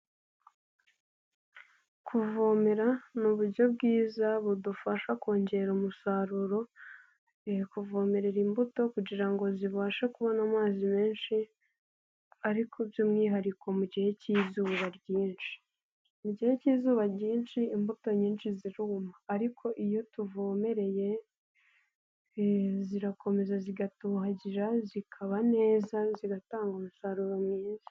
Kuvomerara ni uburyo bwiza budufasha kongera umusaruro, kuvomerera imbuto kugira ngo zibashe kubona amazi menshi ariko by'umwihariko mu gihe cy'izuba ryinshi, mu gihe cy'izuba ryinshi imbuto nyinshi ziruma ariko iyo tuvomereye zirakomeza zigatohagira, zikaba neza, zigatanga umusaruro mwiza.